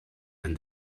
and